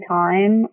time